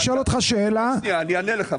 אני אענה לך.